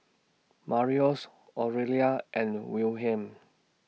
Marius Aurelia and Wilhelm